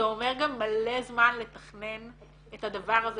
זה אומר גם מלא זמן לתכנן את הדבר הזה